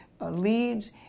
leads